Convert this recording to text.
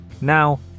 Now